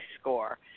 score